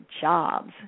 jobs